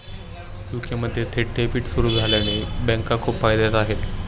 UK मध्ये थेट debit सुरू झाल्याने बँका खूप फायद्यात आहे